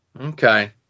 Okay